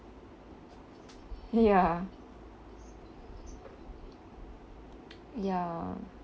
ya ya